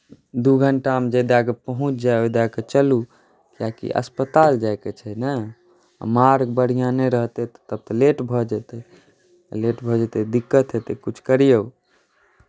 दू घण्टामे जे दए के पहुँचि जाइ ओहि दएके चलू किआकि अस्पताल जाइके छै ने आ मार्ग बढ़िआँ नहि रहतै तब तऽ लेट भऽ जेतै आ लेट भऽ जेतै दिक्कत हेतै किछु करियौ